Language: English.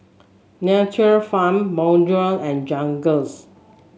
Nature Farm Bonjour and Jergens